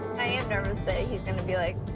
i am nervous that he's gonna be like,